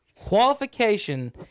Qualification